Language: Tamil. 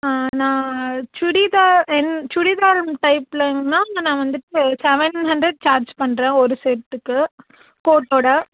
நான் சுடிதார் என் சுடிதார் டைப்ளங்கனால் நான் வந்துட்டு செவன் ஹண்ட்ரெட் சார்ஜ் பண்ணுறேன் ஒரு செட்டுக்கு கோர்ட்டோடு